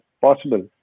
possible